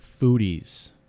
foodies